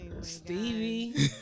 Stevie